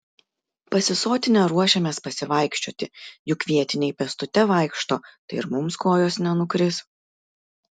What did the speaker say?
pasisotinę ruošėmės pasivaikščioti juk vietiniai pėstute vaikšto tai ir mums kojos nenukris